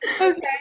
Okay